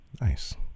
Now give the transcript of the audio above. Nice